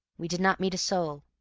we did not meet a soul.